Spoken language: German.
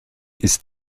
ist